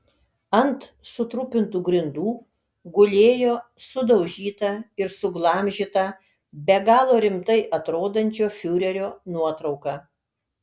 ant sutrupintų grindų gulėjo sudaužyta ir suglamžyta be galo rimtai atrodančio fiurerio nuotrauka